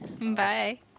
Bye